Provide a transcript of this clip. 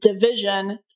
division